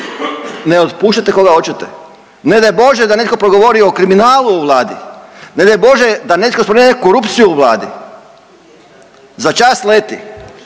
Ne otpuštate koga hoćete? Ne daj Bože da netko progovori o kriminalu u Vladi. Ne daj Bože da netko spomene korupciju u Vladi za čas leti,